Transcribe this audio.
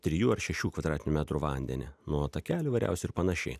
trijų ar šešių kvadratinių metrų vandenį nuo takelių įvairiausių ir panašiai